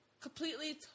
completely